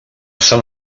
sant